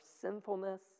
sinfulness